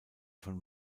von